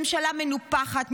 ממשלה מנופחת,